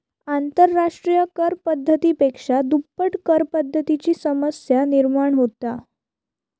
आंतरराष्ट्रिय कर पद्धती पेक्षा दुप्पट करपद्धतीची समस्या निर्माण होता